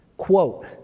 Quote